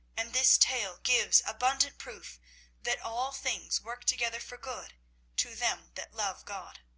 and this tale gives abundant proof that all things work together for good to them that love god.